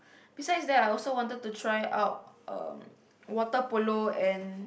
besides that I also wanted to try out waterpolo and